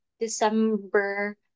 December